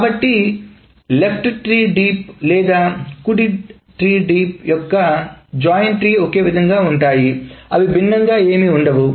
కాబట్టి ఎడమ tree deep లేదా కుడి ట్రీ డీప్ యొక్క జాయిన్ ట్రీస్ ఒకే విధంగా ఉంటాయి అవి భిన్నంగా ఏమీ ఉండవు